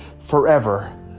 forever